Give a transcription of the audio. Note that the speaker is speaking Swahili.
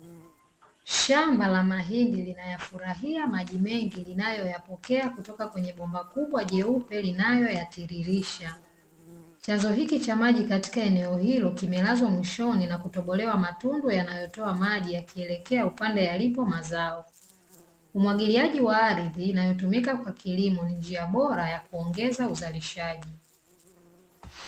Shamba la mahindi linayafurahia maji mengi linaloyapokea kutoka kwenye bomba kubwa jeupe inayo yatiririrsha. Chanzo hiki cha maji katika eneo hili kimelazwa mwishoni na kutobolewa matundu yanayotoa maji yakielekea upande walipo mazao, umwagiliaji wa ardhi inayotumika kwa kilimo ni njia bora ya kuongeza uzalishaji.